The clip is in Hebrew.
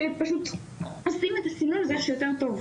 שפשוט עושים את הסינון יותר טוב.